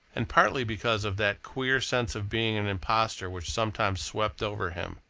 and partly because of that queer sense of being an impostor which sometimes swept over him,